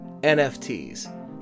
NFTs